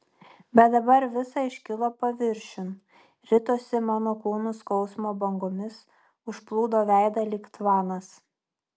bet dabar visa iškilo paviršiun ritosi mano kūnu skausmo bangomis užplūdo veidą lyg tvanas